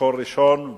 ממקור ראשון,